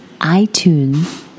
iTunes